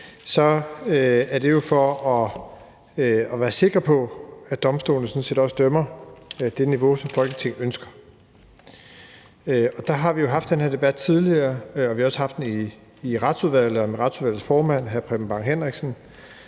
er det jo for at være sikker på, at domstolene sådan set også dømmer på det niveau, som Folketinget ønsker. Vi har haft den her debat tidligere, og vi har også haft den i Retsudvalget og med Retsudvalgets formand, hr. Preben Bang Henriksen,